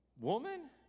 Woman